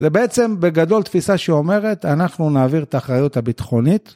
זה ובעצם בגדול תפיסה שאומרת אנחנו נעביר את האחריות הביטחונית.